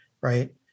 right